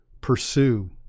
pursue –